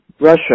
Russia